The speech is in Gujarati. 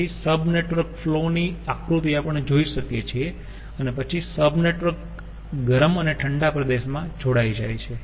તેથી સબ નેટવર્ક ફ્લો ની આકૃતિ આપણે જોઈ શકીયે છીએ અને પછી સબ નેટવર્ક ગરમ અને ઠંડા પ્રદેશ માં જોડાઈ જાય છે